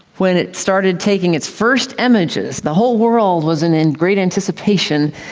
when it started taking its first images, the whole world was in in great anticipation,